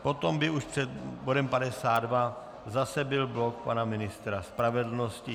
Potom by už před bodem 52 zase byl blok pana ministra spravedlnosti.